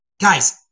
guys